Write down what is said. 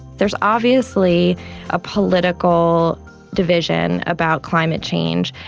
there's obviously a political division about climate change,